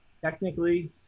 technically